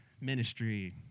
ministry